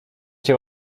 cię